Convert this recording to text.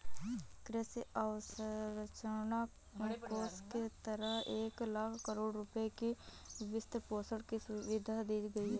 कृषि अवसंरचना कोष के तहत एक लाख करोड़ रुपए की वित्तपोषण की सुविधा दी गई है